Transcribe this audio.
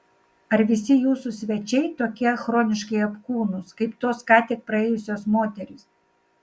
ar visi jūsų svečiai tokie chroniškai apkūnūs kaip tos ką tik praėjusios moterys